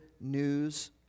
news